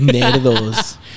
Nerdos